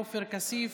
עופר כסיף,